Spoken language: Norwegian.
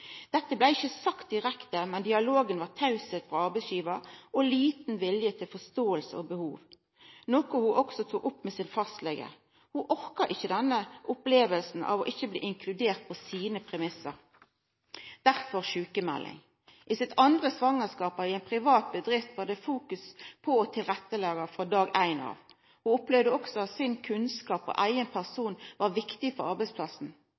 Dette blei ikkje sagt direkte, men dialogen var tystnad frå arbeidsgivar og liten vilje til forståing og til å sjå hennar behov. Dette var noko ho også tok opp med fastlegen sin. Ho orka ikkje denne opplevinga av ikkje å bli inkludert på sine premiss – derfor sjukmelding. I sitt andre svangerskap, mens ho jobba i ei privat bedrift, var det fokus på å leggja til rette frå dag nr. 1. Ho opplevde også